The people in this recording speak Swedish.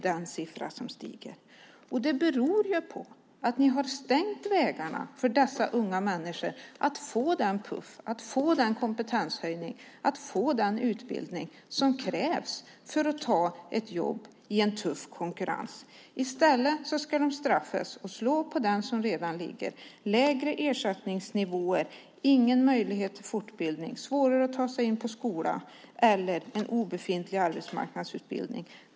Det beror ju på att ni har stängt vägarna för dessa unga människor att få den puff, den kompetenshöjning och utbildning som krävs för att ta ett jobb i en tuff konkurrens. I stället ska de straffas. Man ska slå på den som redan ligger med lägre ersättningsnivåer och ingen möjlighet till fortbildning. Det blir svårare att ta sig in på skola, och arbetsmarknadsutbildningen är obefintlig.